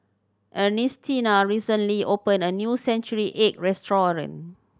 Ernestina recently opened a new century egg restaurant